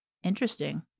Interesting